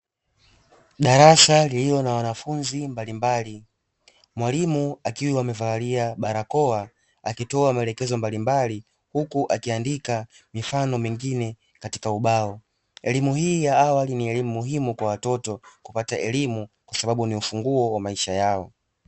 Darasa lililo na wanafunzi mbalimbali. Mwalimu akiwa amevalia barakoa akitoa maelekezo mbalimbali, huku akiandika mifano mingine katika ubao. Elimu hii ya awali ni elimu muhimu kwa watoto kupata elimu, kwa sababu ni ufunguo wa maisha yao.